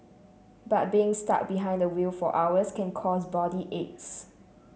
but being stuck behind the wheel for hours can cause body aches